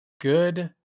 good